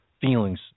feelings